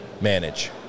manage